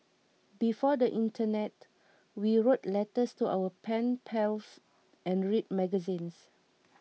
before the internet we wrote letters to our pen pals and read magazines